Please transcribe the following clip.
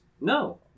No